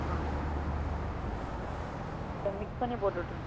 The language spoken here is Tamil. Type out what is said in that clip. ஆ மிக்ஸ் பண்ணியே போட்டுவிட்ருங்க